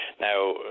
Now